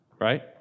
right